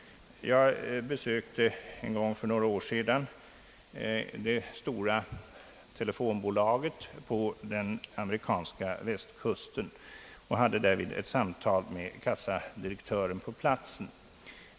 Jag besökte för några år sedan det stora telefonbolaget på den amerikanska västkusten och hade därvid ett samtal med kassadirektören på platsen.